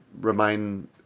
remain